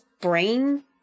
brain